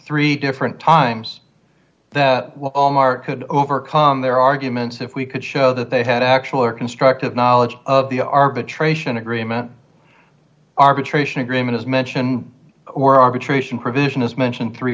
three different times could overcome their arguments if we could show that they had actual or constructive knowledge of the arbitration agreement arbitration agreement is mention or arbitration provision is mentioned three